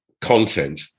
content